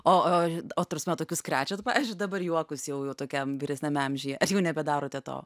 o o o ta prasme tokius krečiat pavyzdžiui dabar juokus jau jau tokiam vyresniame amžiuje ar jau nebedarote to